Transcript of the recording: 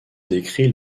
décrit